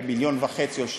במיליון וחצי או שניים.